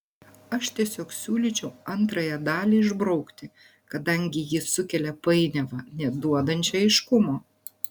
aš tiesiog siūlyčiau antrąją dalį išbraukti kadangi ji sukelia painiavą neduodančią aiškumo